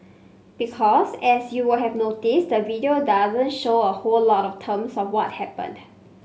because as you would have noticed the video doesn't show a whole lot of terms of what happened